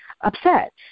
upset